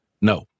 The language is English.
No